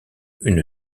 une